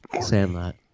Sandlot